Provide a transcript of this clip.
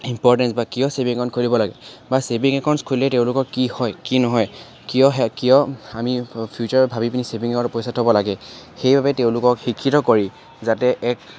importance বা কিয় saving account খুলিব লাগে বা ছেভিংছ একাউণ্ট খুলিলে তেওঁলোকৰ কি হয় কি নহয় কিয় হয় কিয় আমি ফিউচাৰৰ ভাবিকেনে ছেভিংত একাউণ্টত পইচা থব লাগে সেইবাবে তেওঁলোকক শিক্ষিত কৰি যাতে এক